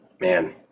Man